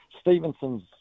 Stevenson's